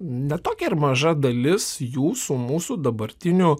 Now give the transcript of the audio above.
ne tokia ir maža dalis jūsų mūsų dabartiniu